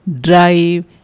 Drive